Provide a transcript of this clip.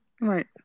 right